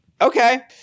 Okay